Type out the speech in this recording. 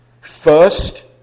First